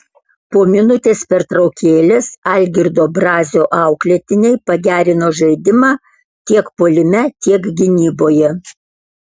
po minutės pertraukėlės algirdo brazio auklėtiniai pagerino žaidimą tiek puolime tiek gynyboje